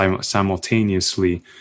simultaneously